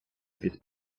під